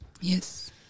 yes